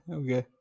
okay